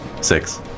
Six